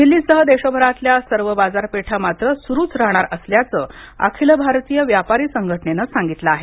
दिल्लीसह देशभरातल्या सर्व बाजारपेठा मात्र सुरूच राहणार असल्याचं अखिल भारतीय व्यापारी संघटनेनं सांगितलं आहे